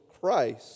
Christ